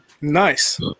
Nice